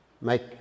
make